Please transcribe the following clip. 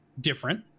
different